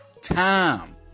time